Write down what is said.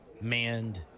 manned